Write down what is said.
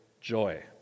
joy